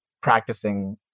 practicing